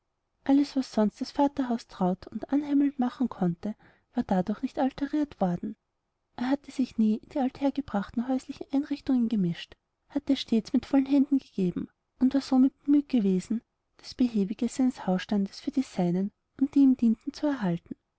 alles was sonst das vaterhaus traut und anheimelnd machen konnte war dadurch nicht alteriert worden er hatte sich nie in die althergebrachten häuslichen einrichtungen gemischt hatte stets mit vollen händen gegeben und war somit bemüht gewesen das behäbige seines hausstandes für die seinen und die ihm dienten zu erhalten